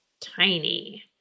tiny